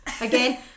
again